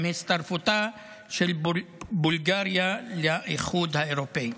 עם הצטרפותה של בולגריה לאיחוד האירופי.